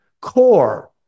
core